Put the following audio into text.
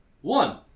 one